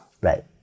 Right